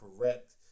correct